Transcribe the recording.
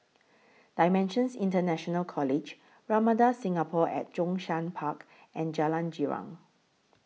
DImensions International College Ramada Singapore At Zhongshan Park and Jalan Girang